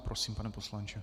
Prosím, pane poslanče.